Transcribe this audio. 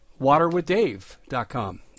waterwithdave.com